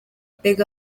mbega